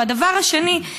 הדבר השני,